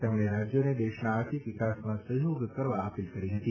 તેમણે રાજયોને દેશના આર્થિક વિકાસમાં સહયોગ બનવા અપીલ કરી હતી